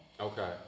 Okay